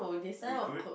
recruit